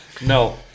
No